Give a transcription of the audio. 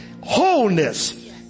wholeness